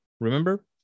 Remember